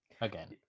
again